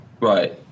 Right